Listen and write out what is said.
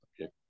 okay